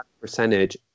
percentage